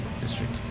district